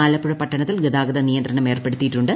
ആലപ്പുഴ പട്ടണത്തിൽ ഗതാഗത നിയന്ത്രണം ഏർപ്പെടുത്തിയിട്ടുണ്ട്